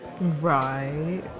Right